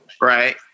right